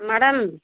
madam